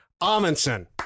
Amundsen